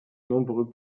nombreux